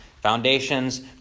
Foundations